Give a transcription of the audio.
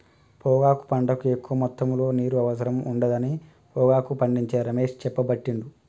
పొగాకు పంటకు ఎక్కువ మొత్తములో నీరు అవసరం ఉండదని పొగాకు పండించే రమేష్ చెప్పబట్టిండు